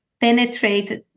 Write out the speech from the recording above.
penetrate